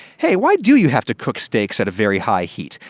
hey, why do you have to cook steaks at very high heat?